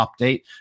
update